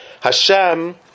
Hashem